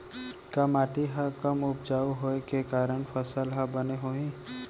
का माटी हा कम उपजाऊ होये के कारण फसल हा बने होही?